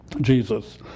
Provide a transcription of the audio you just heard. Jesus